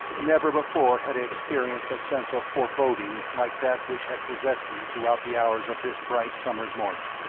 never before had i experienced a sense of foreboding like that which had possessed me throughout the hours of this bright summer's morning.